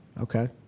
Okay